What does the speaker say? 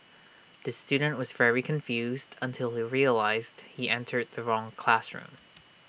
the student was very confused until he realised he entered the wrong classroom